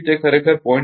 તેથી તે ખરેખર 0